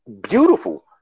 beautiful